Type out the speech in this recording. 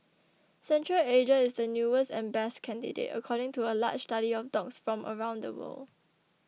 Central Asia is the newest and best candidate according to a large study of dogs from around the world